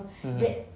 mm